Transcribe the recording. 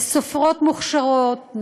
סופרות מוכשרות,